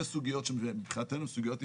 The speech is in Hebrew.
סוגיות שמבחינתנו הן סוגיות נפרדות.